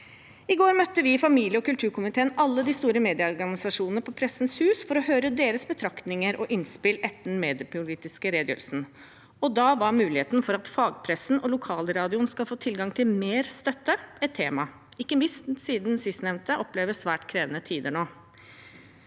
I går møtte vi i familie- og kulturkomiteen alle de store medieorganisasjonene på Pressens hus for å høre deres betraktninger og innspill etter den mediepolitiske redegjørelsen. Da var muligheten for at fagpressen og lokalradioen skal få tilgang til mer støtte, et tema – ikke minst siden sistnevnte opplever svært krevende tider nå.